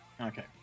Okay